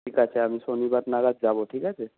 ঠিক আছে আমি শনিবার নাগাদ যাব ঠিক আছে